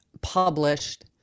published